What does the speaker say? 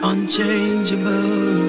Unchangeable